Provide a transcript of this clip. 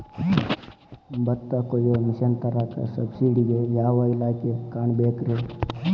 ಭತ್ತ ಕೊಯ್ಯ ಮಿಷನ್ ತರಾಕ ಸಬ್ಸಿಡಿಗೆ ಯಾವ ಇಲಾಖೆ ಕಾಣಬೇಕ್ರೇ?